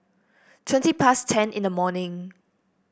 twenty past ten in the morning